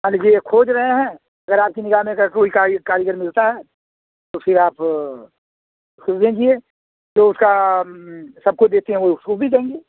मान लीजिए ये खोज रहे हैं अगर आपकी निगाह में अगर कोई कारी कारीगर मिलता है तो फिर आप उसको लीजिए तो उसका सबको देते हैं वही उसको भी देंगे